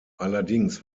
allerdings